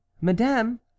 madame